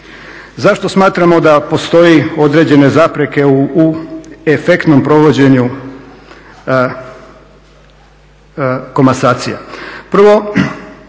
Zašto smatramo da postoje određene zapreke u efektnom provođenju komasacija?